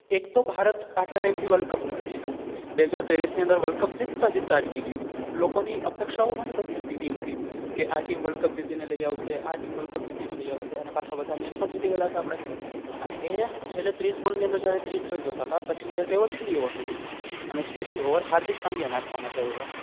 એક તો ભારત આટલા ટાઈમથી વર્લ્ડ કપ નથી જીતું બે હજાર ત્રેવીસની અંદર વર્લ્ડ કપ જિતતા જિતતા અટકી ગયું લોકોની અપેક્ષાઓ ઘણી બધી હતી ટીમથી કે આ ટીમ વર્લ્ડ કપ જીતીને લઈ આવશે આ ટીમ વર્લ્ડ કપ જીતીને લઈ આવશે અને પાછા બધા મેચ પણ જીતી ગએલા હતા અને એ છેલ્લે ત્રીસ બોલની અંદર જ્યારે ત્રીસ રન જોઈતા હતા પછી મેચ આવી છેલ્લી ઓવર સુધી અને છેલ્લી ઓવર હાર્દિક પાંડ્યા નાખવા માટે આવ્યા